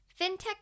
Fintech